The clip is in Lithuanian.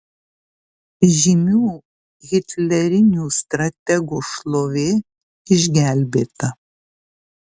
žymių hitlerinių strategų šlovė išgelbėta